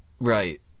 Right